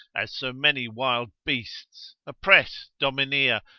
as so many wild beasts, oppress, domineer,